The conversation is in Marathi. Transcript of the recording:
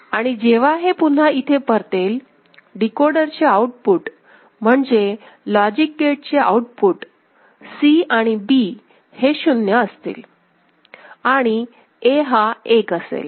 आणि जेव्हा हे पुन्हा इथे परतेल डीकोडर चे आउटपुट म्हणजे लॉजिक गेटचे आउटपुट C आणि B हे 0 असतील आणि A हा 1 असेल